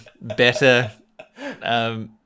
better